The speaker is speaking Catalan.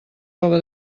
roba